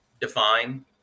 define